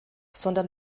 sondern